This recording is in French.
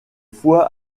fois